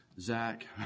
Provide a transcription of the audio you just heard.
Zach